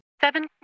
seven